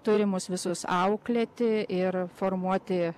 turi mus visus auklėti ir formuoti